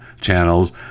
channels